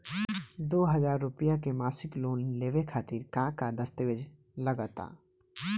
दो हज़ार रुपया के मासिक लोन लेवे खातिर का का दस्तावेजऽ लग त?